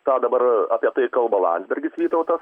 tą dabar apie tai kalba landsbergis vytautas